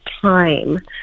time